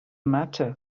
matter